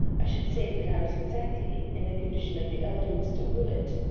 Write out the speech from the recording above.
i should say that i was exactly in the condition of the elder mr. willet,